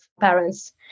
parents